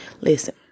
Listen